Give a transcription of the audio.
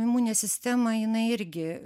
imuninė sistema jinai irgi